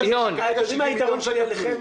אתם יודעים מה היתרון שלי עליכם?